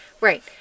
Right